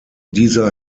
dieser